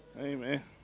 Amen